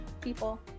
people